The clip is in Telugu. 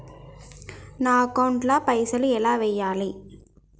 నా అకౌంట్ ల పైసల్ ఎలా వేయాలి?